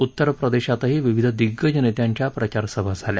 उत्तरप्रदेशातही विविध दिग्गज नेत्यांच्या प्रचार सभा झाल्या